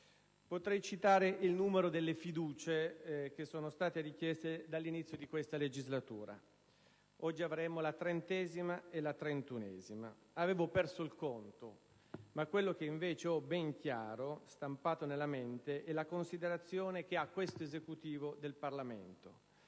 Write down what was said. Potrei citare il numero delle questioni di fiducia poste dall'inizio di questa legislatura: oggi assisteremo alla trentesima e alla trentunesima. Avevo perso il conto, ma quello che invece ho ben chiaro stampato nella mente è la considerazione che ha questo Esecutivo del Parlamento,